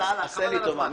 הלאה, חבל על הזמן.